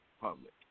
public